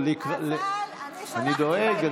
אני דואג.